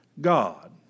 God